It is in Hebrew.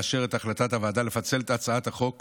לאשר את החלטת הוועדה לפצל את הצעת החוק